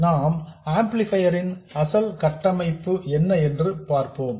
நாம் ஆம்ப்ளிபையர் ன் அசல் கட்டமைப்பு என்ன என்று பார்ப்போம்